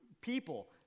people